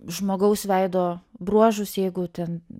žmogaus veido bruožus jeigu ten